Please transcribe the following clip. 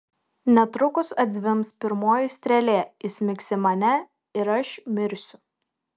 netrukus atzvimbs pirmoji strėlė įsmigs į mane ir aš mirsiu